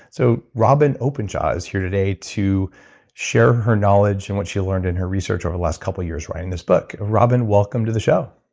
so robyn openshaw is here today to share her knowledge, and what she learned in her research over the last couple years writing this book. robyn, welcome to the show.